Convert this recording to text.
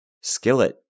Skillet